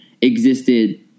Existed